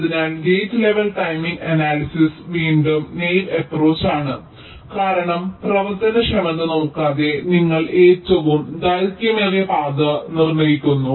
അതിനാൽ gate level timing analysis വീണ്ടും naive അപ്പ്രോച്ച്ചാണ് കാരണം പ്രവർത്തനക്ഷമത നോക്കാതെ നിങ്ങൾ ഏറ്റവും ദൈർഘ്യമേറിയ പാത നിർണ്ണയിക്കുന്നു